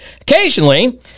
Occasionally